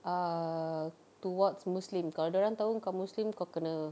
err towards muslim kalau dorang tahu engkau muslim kau kena